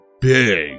big